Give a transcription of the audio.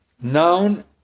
Noun